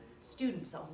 students